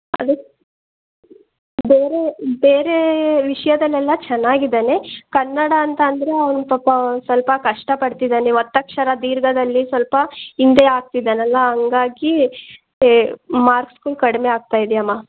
ಅದಕ್ಕೆ ಬೇರೆ ಬೇರೆ ವಿಷಯದಲ್ಲೆಲ್ಲ ಚೆನ್ನಾಗಿದ್ದಾನೆ ಕನ್ನಡ ಅಂತಂದರೆ ಅವ್ನು ಪಾಪ ಸ್ವಲ್ಪ ಕಷ್ಟ ಪಡ್ತಿದ್ದಾನೆ ಒತ್ತಕ್ಷರ ದೀರ್ಘದಲ್ಲಿ ಸ್ವಲ್ಪ ಹಿಂದೆ ಆಗ್ತಿದ್ದಾನಲ್ಲ ಹಾಗಾಗಿ ಮಾರ್ಕ್ಸ್ಗಳು ಕಡಿಮೆ ಆಗ್ತಾಯಿದ್ಯಮ್ಮ